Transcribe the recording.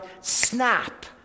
snap